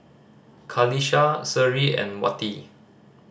Qalisha Seri and Wati